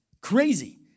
crazy